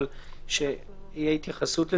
אבל צריכה להיות התייחסות לזה.